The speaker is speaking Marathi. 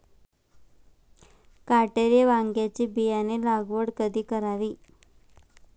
काटेरी वांग्याची बियाणे लागवड कधी करावी?